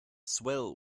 swell